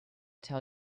tell